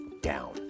down